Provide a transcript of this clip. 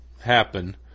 happen